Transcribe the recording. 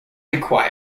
required